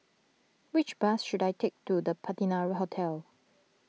which bus should I take to the Patina Hotel